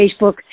Facebook